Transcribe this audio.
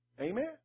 Amen